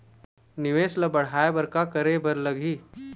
निवेश ला बड़हाए बर का करे बर लगही?